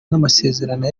n’amasezerano